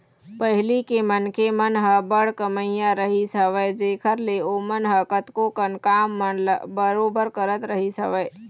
पहिली के मनखे मन ह बड़ कमइया रहिस हवय जेखर ले ओमन ह कतको कन काम मन ल बरोबर करत रहिस हवय